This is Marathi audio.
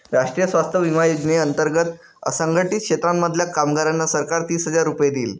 राष्ट्रीय स्वास्थ्य विमा योजने अंतर्गत असंघटित क्षेत्रांमधल्या कामगारांना सरकार तीस हजार रुपये देईल